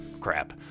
crap